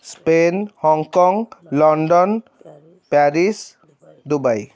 Spain Hong Kong London Paris Dubai